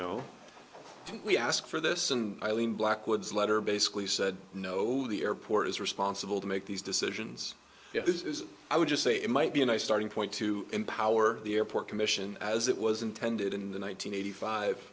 know we ask for this some eileen blackwood's letter basically said no the airport is responsible to make these decisions this is i would just say it might be a nice starting point to empower the airport commission as it was intended in the one nine hundred eighty five